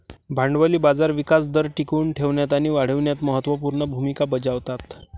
भांडवली बाजार विकास दर टिकवून ठेवण्यात आणि वाढविण्यात महत्त्व पूर्ण भूमिका बजावतात